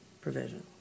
provision